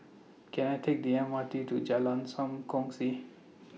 Can I Take The M R T to Jalan SAM Kongsi